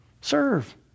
Serve